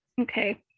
Okay